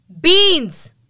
beans